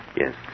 Yes